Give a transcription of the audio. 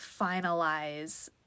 finalize